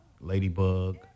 Ladybug